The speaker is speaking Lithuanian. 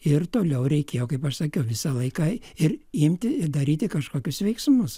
ir toliau reikėjo kaip aš sakiau visą laiką ir imti ir daryti kažkokius veiksmus